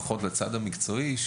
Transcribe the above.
לפחות לצד המקצועי,